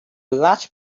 large